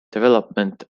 development